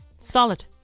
Solid